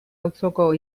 auzoko